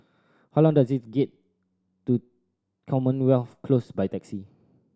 how long does it get to Commonwealth Close by taxi